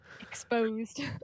exposed